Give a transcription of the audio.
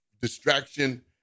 distraction